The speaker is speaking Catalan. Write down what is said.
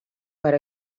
per